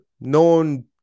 Known